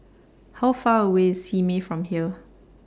How Far away IS Simei from here